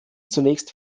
zunächst